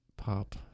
pop